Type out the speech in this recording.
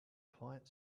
client